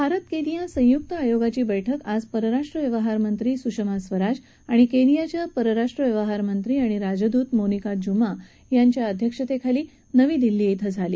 Bharat Kenya संयुक्त आयोगाची बठक आज परराष्ट्र व्यवहार मंत्री सुषमा स्वराज आणि केनियाच्या परराष्ट्र व्यवहार मंत्री आणि राजदूत मोनिका ज्मा यांच्या अध्यक्षतेखाली नवी दिल्ली इथं झाली